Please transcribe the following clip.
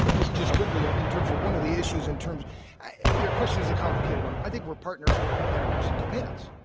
but just just quickly ah in terms of one of the issues in terms your question is a complicated one. i think we're partners, we're competitors, it depends.